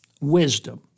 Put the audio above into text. wisdom